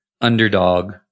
underdog